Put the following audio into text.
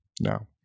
No